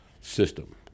system